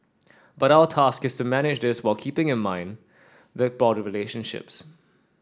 but our task is to manage this whilst keeping in mind the broader relationships